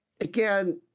again